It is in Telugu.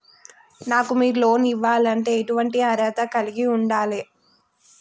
నాకు మీరు లోన్ ఇవ్వాలంటే ఎటువంటి అర్హత కలిగి వుండాలే?